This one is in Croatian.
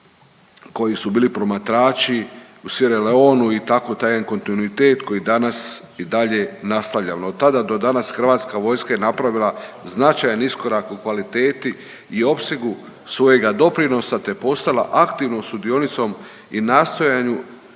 koji su bili promatrači u Sierra Leoneu i, tako taj jedan kontinuitet koji danas i dalje nastavljamo. Od tada do danas, Hrvatska vojska je napravila značajan iskorak u kvaliteti i opsegu svojega doprinosa te postala aktivnom sudionicom i nastojanju